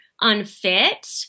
unfit